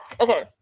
okay